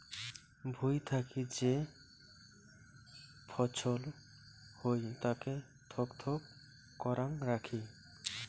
ভুঁই থাকি যে ফছল হই তাকে থক থক করাং রাখি